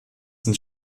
sind